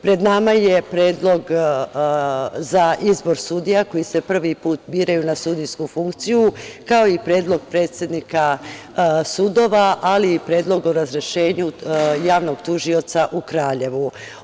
Pred nama je Predlog za izbor sudija koje se prvi put biraju na sudijsku funkciju, kao i Predlog predsednika sudova, ali i Predlog o razrešenju javnog tužioca u Kraljevu.